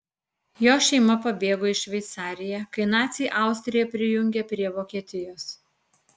jo šeima pabėgo į šveicariją kai naciai austriją prijungė prie vokietijos